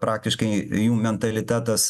praktiškai jų mentalitetas